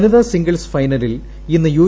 വനിതാ സിംഗിൽസ് ഫൈനലിൽ ഇന്ന് യു